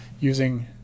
using